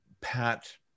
Pat